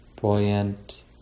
buoyant